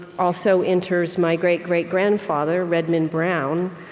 also enters my great-great-grandfather, redman brown,